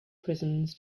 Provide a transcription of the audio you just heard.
prisons